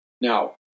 Now